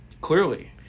Clearly